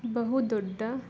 ಬಹುದೊಡ್ಡ